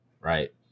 Right